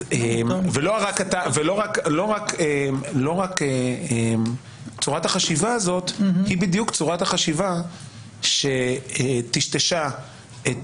לא רק צורת החשיבה הזאת היא בדיוק צורת החשיבה שטשטשה את